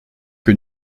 que